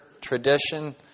tradition